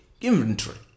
inventory